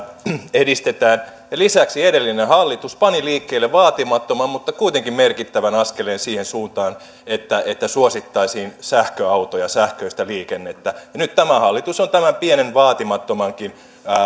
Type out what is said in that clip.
edistetään lisäksi edellinen hallitus pani liikkeelle vaatimattoman mutta kuitenkin merkittävän askeleen siihen suuntaan että että suosittaisiin sähköautoja sähköistä liikennettä ja nyt tämä hallitus on tämän pienen vaatimattomankin